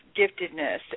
giftedness